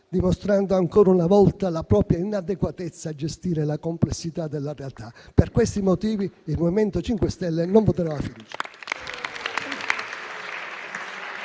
dimostrando ancora una volta la propria inadeguatezza a gestire la complessità della realtà. Per questi motivi, il MoVimento 5 Stelle non voterà la fiducia.